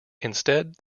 instead